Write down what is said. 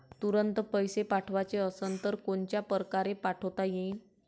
तुरंत पैसे पाठवाचे असन तर कोनच्या परकारे पाठोता येईन?